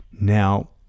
Now